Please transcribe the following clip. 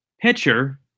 pitcher